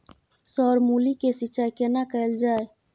Sir मूली के सिंचाई केना कैल जाए?